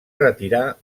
retirar